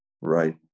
right